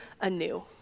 anew